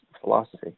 philosophy